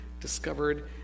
discovered